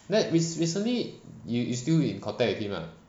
that re~ recently you still in contact with him lah